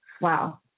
Wow